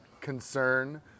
concern